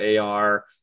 ar